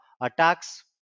attacks